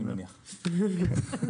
התשכ"ח 1968,